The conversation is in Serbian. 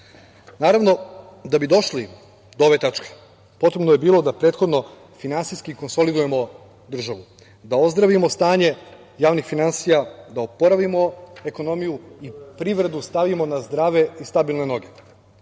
da bi došli do ove tačke, potrebno je bilo da prethodno finansijski konsolidujemo državu, da ozdravimo stanje javnih finansija, da oporavimo ekonomiju i privredu stavimo na zdrave i stabilne noge.